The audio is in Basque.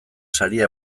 saria